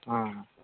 ହଁ ହଁ